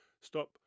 stop